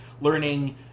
learning